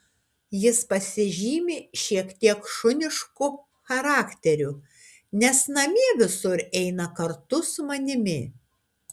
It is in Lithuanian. jis pasižymi šiek tiek šunišku charakteriu nes namie visur eina kartu su manimi